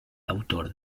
autor